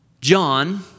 John